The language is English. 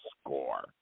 score